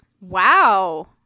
Wow